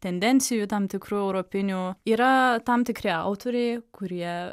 tendencijų tam tikrų europinių yra tam tikri autoriai kurie